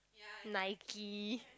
Nike